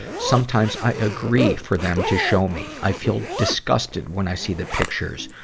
sometimes i agree for them to show me. i feel disgusted when i see the pictures,